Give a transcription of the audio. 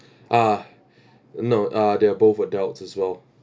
uh no uh they are both adults as well